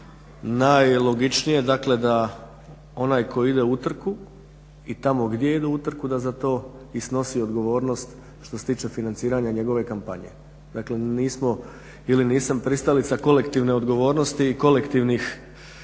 najlogičnije da onaj tko ide u utrku i tamo gdje ide u utrku da za to i snosi odgovornost što se tiče financiranja njegove kampanje. Dakle nismo ili nisam pristalica kolektivne odgovornosti i kolektivnih